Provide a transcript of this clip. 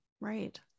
Right